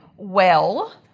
well,